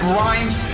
rhymes